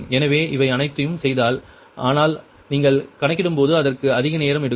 எனவே இவை அனைத்தையும் செய்தல் ஆனால் நீங்கள் கணக்கிடும்போது அதற்கு அதிக நேரம் எடுக்கும்